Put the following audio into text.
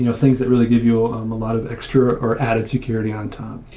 you know things that really give you a um lot of extra or added security on top.